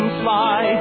fly